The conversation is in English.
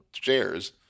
shares